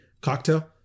cocktail